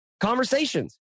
Conversations